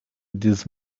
this